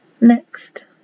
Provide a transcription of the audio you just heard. Next